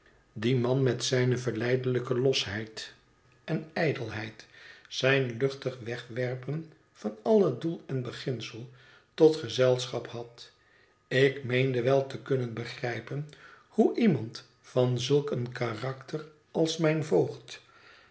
dien man met zijne verleidelijke losheid en ijdelheid zijn luchtig wegwerpen van alle doel en beginsel tot gezelschap had ik meende wel te kunnen begrijpen hoe iemand van zulk een karakter als mijn voogd